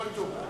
כל טוב.